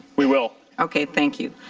we will. okay. thank you.